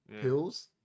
pills